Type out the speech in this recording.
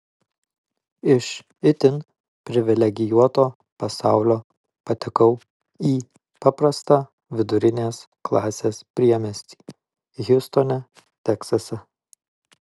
iš itin privilegijuoto pasaulio patekau į paprastą vidurinės klasės priemiestį hjustone teksase